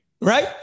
right